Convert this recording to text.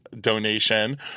donation